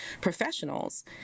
professionals